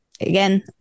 again